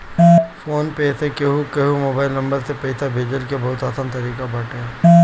phone पे से केहू कअ मोबाइल नंबर से पईसा भेजला के बहुते आसान तरीका बाटे